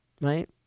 Right